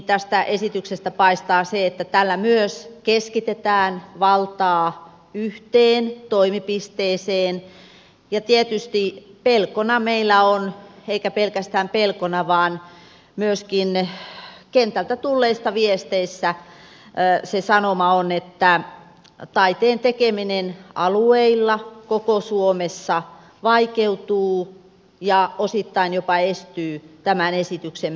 tästä esityksestä paistaa se että tällä myös keskitetään valtaa yhteen toimipisteeseen ja tietysti pelkona meillä on eikä pelkästään pelkona vaan myöskin kentältä tulleissa viesteissä on se sanoma että taiteen tekeminen alueilla koko suomessa vaikeutuu ja osittain jopa estyy tämän esityksen myötä